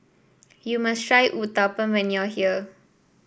you must try Uthapam when you are here